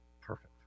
perfect